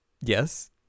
Yes